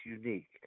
unique